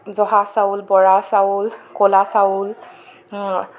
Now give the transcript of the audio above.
জহা চাউল বৰা চাউল কলা চাউল